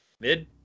Mid